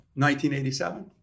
1987